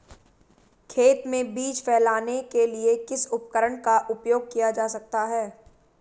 खेत में बीज फैलाने के लिए किस उपकरण का उपयोग किया जा सकता है?